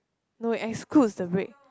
no it excludes the break